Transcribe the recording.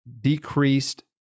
decreased